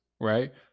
right